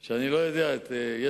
לכן,